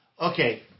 Okay